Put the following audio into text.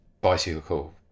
bicycle